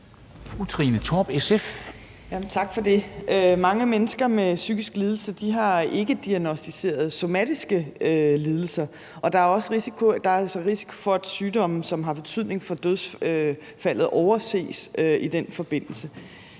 Trine Torp (SF): Tak for det. Mange mennesker med psykisk lidelse har ikkediagnosticerede somatiske lidelser, og der er altså risiko for, at sygdomme, som har betydning for dødsfald, overses i den forbindelse.